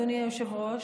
אדוני היושב-ראש,